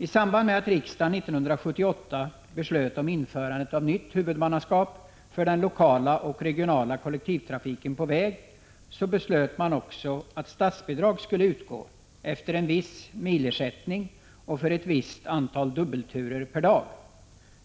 I samband med att riksdagen 1978 beslöt om införande av nytt huvudmannaskap för den lokala och regionala kollektivtrafiken på väg, beslöt man också att statsbidrag skulle utgå efter en viss milersättning och för ett visst antal dubbelturer per dag.